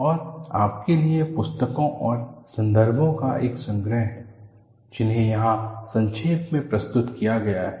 और आपके लिए पुस्तकों और संदर्भों का एक संग्रह है जिन्हें यहाँ संक्षेप में प्रस्तुत किया गया है